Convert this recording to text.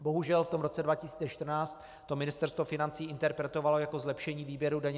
Bohužel v roce 2014 to Ministerstvo financí interpretovalo jako zlepšení výběru DPH.